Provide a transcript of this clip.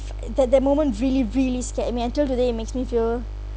f~ that that moment really really scared me until today it makes me feel